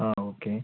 ആ ഓക്കെ